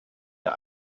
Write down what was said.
der